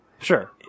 Sure